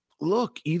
look